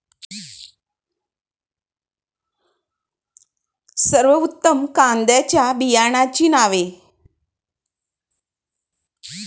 सर्वोत्तम कांद्यांच्या बियाण्यांची नावे?